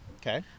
Okay